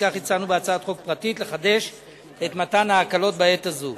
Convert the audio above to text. לפיכך הצענו בהצעת חוק פרטית לחדש את מתן ההקלות בעת הזו.